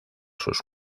sus